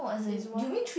is one